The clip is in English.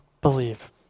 believe